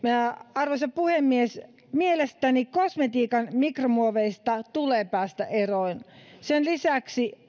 arvoisa puhemies mielestäni kosmetiikan mikromuoveista tulee päästä eroon sen lisäksi